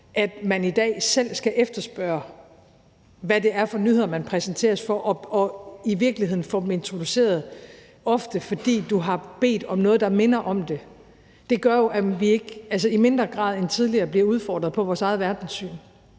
at man i dag selv skal efterspørge, hvad det er for nyheder, man præsenteres for, og i virkeligheden ofte får dem præsenteret, fordi man har bedt om noget, der minder om det, gør jo, at vi i mindre grad end tidligere bliver udfordret på vores eget verdenssyn.